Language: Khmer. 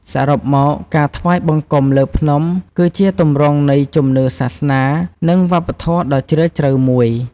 សរុបមក ការថ្វាយបង្គំលើភ្នំ គឺជាទម្រង់នៃជំនឿសាសនា និងវប្បធម៌ដ៏ជ្រាលជ្រៅមួយ។